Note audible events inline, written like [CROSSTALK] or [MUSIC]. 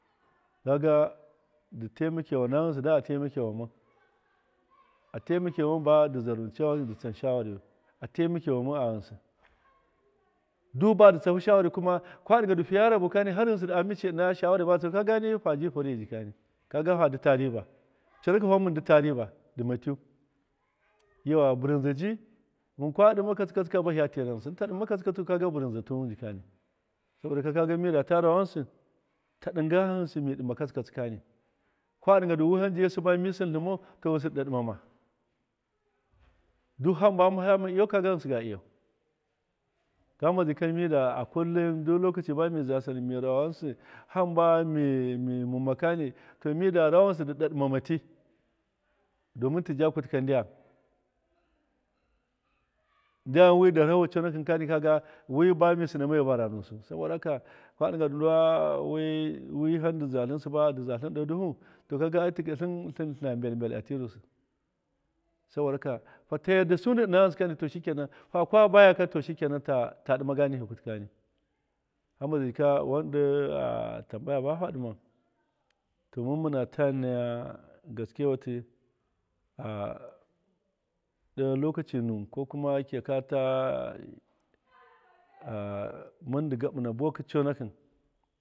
Kaga dɨ taimakewana ghɨnsɨ, dan a taimakewan mɨn a taimakewan mɨn badɨ zaruwɨn dɨ tsan shawariyu a taimakewan mɨn a ghɨnsɨ. Du badɨ tsahu shawari kuma kwa ɗɨnga du fiya rabo har ghɨnsɨ dɨ amince ɨna shawari badɨ tsahukani kagani haji free jikani kaga fadɨ ta riba dɨ tiyu. Yauwa bɨrinza ji mɨn kwa ɗɨma katsi katsika bahɨya tɨra ghɨnsɨ mɨn ta ɗɨnma katsi katsu bɨrinza tuwin jikani saboda kaga miyata rawa ghɨnsɨ. ta ɗɨnga ghɨnsɨ mi ɗɨma katsi katsi kani kwa ɗɨnga du wiham joyi siba du mi sintlɨn mau to ghɨnsɨ dɨ ɗaɗɨma. du hamba hama iyauka ghɨnsɨ ga iyau to hamba zai jika mida a kullum du lokaci ba mi za a sall mi rawa ghɨnsɨ hamba mi mɨma kani to mida rawa ghɨnsɨ dɨ ɗaɗɨma ti. domin tija kutɨka ndyam. Ndyam wi darhahau conakɨnka kaga wi bami sina moyu bara nusɨ saboda haka kwa ɗɨnga du- ndu wi- wiham dɨ zatlɨn siba dɨ zatlɨn ɗe duhu to kaga tiga tlɨn tlɨna mbel mbel a tirusɨ saboda haka hada yardasu ndi ɨna ghɨnsɨka du to shikenan fa kwa bayaka to shikenam ta ɗɨmaga nihɨ kutɨ kani hamba zai jika wan ɗo [HESITATION] tambaya baha ɗɨman domin mɨna ta naya gaskewatɨ [HESITATION] ɗe lokaci nuwɨn ko kuma kiyata [HESITATION] mɨn dɨ gaɓɨna buwaka ta conakɨn.